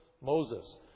Moses